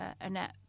Annette